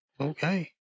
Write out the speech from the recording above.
Okay